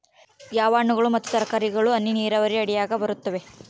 ಯಾವ ಹಣ್ಣುಗಳು ಮತ್ತು ತರಕಾರಿಗಳು ಹನಿ ನೇರಾವರಿ ಅಡಿಯಾಗ ಬರುತ್ತವೆ?